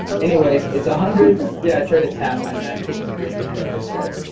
anyways it's a hundred. yeah, i tried to tap my macbook screen to focus it.